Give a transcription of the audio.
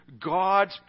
God's